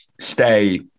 stay